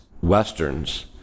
Westerns